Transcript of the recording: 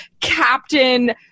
captain